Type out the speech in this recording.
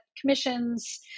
commissions